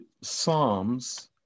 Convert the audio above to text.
Psalms